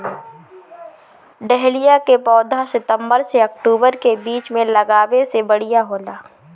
dahlia के पौधा सितंबर से अक्टूबर के बीच में लागावे से बढ़िया होला